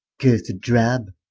cursed drab?